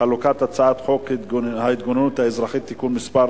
חלוקת הצעת חוק ההתגוננות האזרחית (תיקון מס'